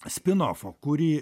spinofo kurį